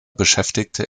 beschäftigte